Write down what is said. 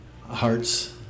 hearts